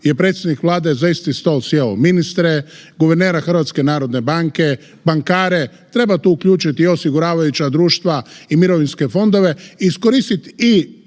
je predsjednik Vlade za isti stol sjeo ministre, guvernera HNB-a, bankare, treba tu uključiti i osiguravajuća društva i mirovinske fondove, iskoristit i